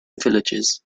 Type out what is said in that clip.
villages